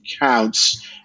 counts